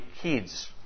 kids